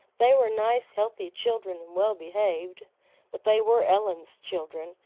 they were nice, healthy children and well behaved but they were ellen's children,